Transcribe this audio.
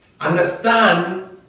Understand